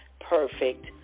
perfect